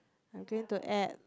I going to add